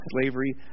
slavery